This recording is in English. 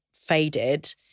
faded